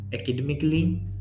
academically